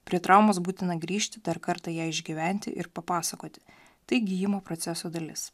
prie traumos būtina grįžti dar kartą ją išgyventi ir papasakoti tai gijimo proceso dalis